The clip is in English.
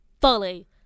fully